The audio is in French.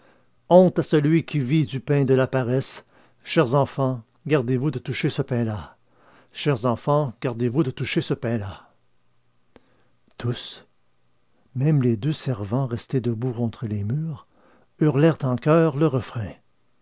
honte à celui qui vit du pain de la paresse chers enfants gardez-vous de toucher ce pain-là bis tous même les deux servants restés debout contre les murs hurlèrent en choeur le refrain